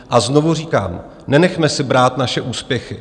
A znovu říkám, nenechme si brát naše úspěchy.